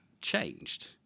changed